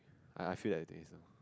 I I feel like this